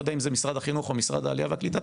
לא יודע אם זה משרד החינוך או משרד העלייה והקליטה,